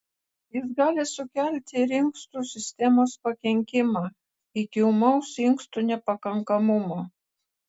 jis gali sukelti ir inkstų sistemos pakenkimą iki ūmaus inkstų nepakankamumo